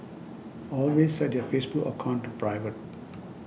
always set your Facebook account to private